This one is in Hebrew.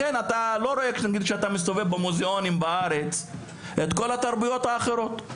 לכן אתה לא רואה כשאתה מסתובב במוזיאונים בארץ את כל התרבויות האחרות.